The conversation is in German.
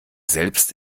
selbst